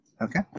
Okay